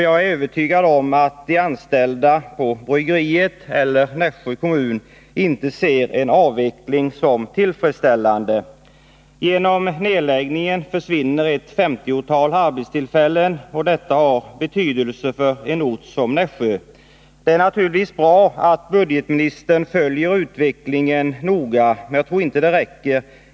Jag är övertygad om att de anställda på bryggeriet eller Nässjö kommun inte ser en avveckling som tillfredsställande. Genom nedläggningen försvinner ett 50-tal arbetstillfällen, och detta har betydelse för en ort som Nässjö. Det är naturligtvis bra att budgetministern följer utvecklingen noga, men jag tror inte det räcker.